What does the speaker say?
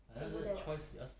can go there